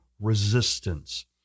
resistance